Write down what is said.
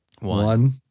One